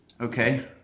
Okay